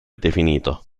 definito